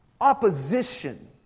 opposition